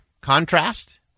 contrast